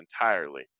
entirely